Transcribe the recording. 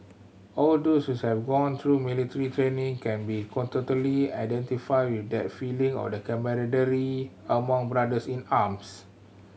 all those have gone through military training can be identify with that feeling of camaraderie among brothers in arms